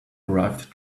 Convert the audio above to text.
arrived